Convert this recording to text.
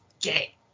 gay